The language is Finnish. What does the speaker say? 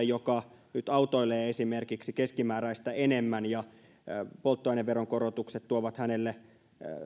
joka esimerkiksi autoilee keskimääräistä enemmän niin kokoomuksen vaihtoehtobudjetin laskelmien mukaan polttoaineveron korotukset tuovat